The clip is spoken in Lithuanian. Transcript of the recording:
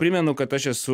primenu kad aš esu